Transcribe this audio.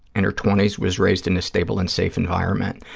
in her twenty s, was raised in a stable and safe environment.